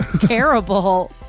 terrible